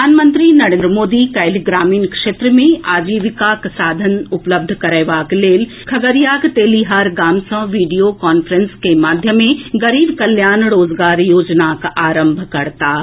प्रधानमंत्री नरेन्द्र मोदी काल्हि ग्रामीण क्षेत्र मे आजीविका साधन उपलब्ध करएबाक लेल खगड़ियाक तेलीहार गाम सँ वीडियो कांफ्रेंस के माध्यमे गरीब कल्याण रोजगार योजनाक आरंभ करताह